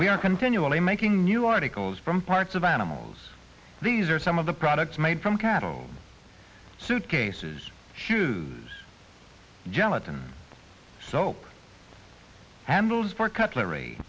we are continually making new articles from parts of animals these are some of the products made from cattle suitcases gelatin soap handles for cutlery